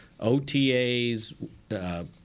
OTAs